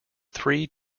three